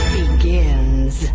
begins